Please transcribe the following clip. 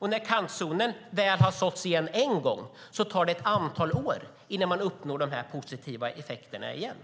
Och när kantzonen väl har såtts igen en gång tar det ett antal år innan man uppnår de positiva effekterna igen.